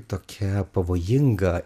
tokia pavojinga